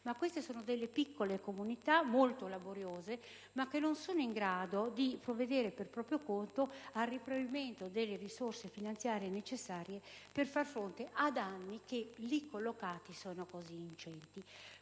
ma si tratta di piccole comunità molto laboriose, che non sono in grado di provvedere per proprio conto al reperimento delle risorse finanziarie necessarie a far fronte a danni che, collocati in tale contesto,